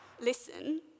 listen